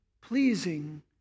pleasing